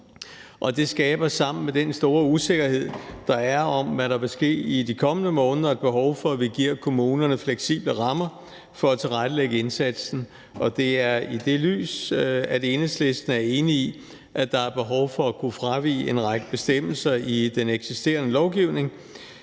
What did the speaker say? det skaber sammen med den store usikkerhed, der er, om, hvad der vil ske i de kommende måneder, et behov for, at vi giver kommunerne fleksible rammer for at tilrettelægge indsatsen, og det er i det lys, Enhedslisten er enig i, at der er behov for at kunne fravige en række bestemmelser i den eksisterende lovgivning.